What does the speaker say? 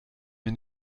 mir